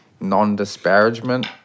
non-disparagement